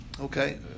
okay